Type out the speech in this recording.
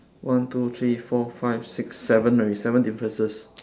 one two three four five six seven already seven differences